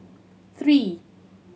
three